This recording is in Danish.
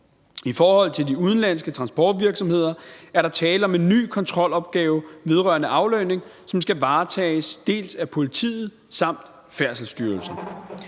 I forhold til de udenlandske transportvirksomheder er der tale om en ny kontrolopgave vedrørende aflønning, som skal varetages af politiet samt Færdselsstyrelsen.